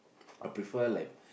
I prefer like